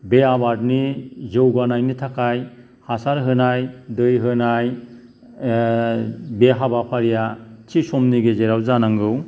बे आबादनि जौगानायनि थाखाय हासार होनाय दै होनाय बे हाबाफारिया थि समनि गेजेराव जानांगौ